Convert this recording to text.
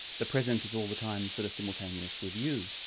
the present is all the time sort of simultaneous with you.